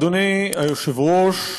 אדוני היושב-ראש,